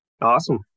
Awesome